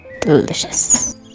Delicious